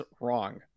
wrong